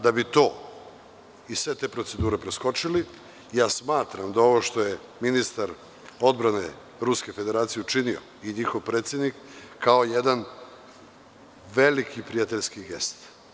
Da bi to, i sve te procedure preskočili, ja smatram da ovo što je ministar odbrane Ruske Federacije učinio i njihov predsednik, kao jedan veliki prijateljski gest.